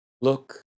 look